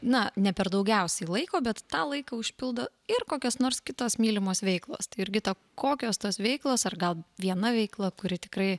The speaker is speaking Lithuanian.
na ne per daugiausiai laiko bet tą laiką užpildo ir kokios nors kitos mylimos veiklos tai jurgita kokios tos veiklos ar gal viena veikla kuri tikrai